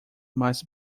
mais